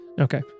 Okay